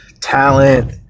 talent